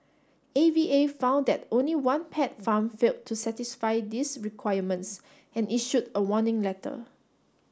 A V A found that only one pet farm failed to satisfy these requirements and issued a warning letter